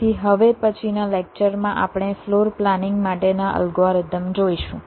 તેથી હવે પછીના લેક્ચરમાં આપણે ફ્લોર પ્લાનિંગ માટેના અલ્ગોરિધમ જોઈશું